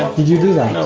did you do that?